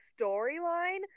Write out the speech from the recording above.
storyline